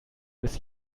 bis